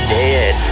dead